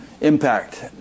impact